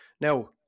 Now